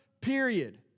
period